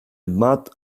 matt